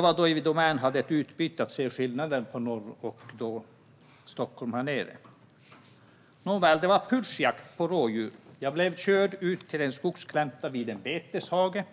Då hade vi i Domän ett utbyte för att se skillnaderna mellan hur det var i norr och hur det var här nere i Stockholm. Nåväl, det var pyrschjakt på rådjur, och jag blev körd ut till en skogsglänta vid en beteshage.